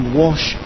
wash